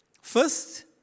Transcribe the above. First